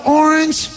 orange